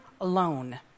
alone